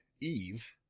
Eve